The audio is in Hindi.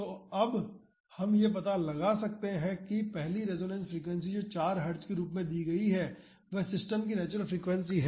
तो हम यह पता लगा सकते हैं कि पहली रेसोनेंस फ्रीक्वेंसी जो 4 हर्ट्ज के रूप में दी गई है वह सिस्टम की नेचुरल फ्रीक्वेंसी है